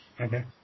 Okay